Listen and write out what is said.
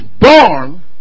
born